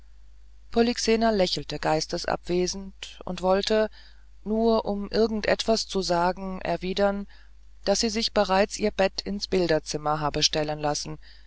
polyxena lächelte geistesabwesend und wollte nur um irgend etwas zu sagen erwidern daß sie sich bereits ihr bett ins bilderzimmer habe stellen lassen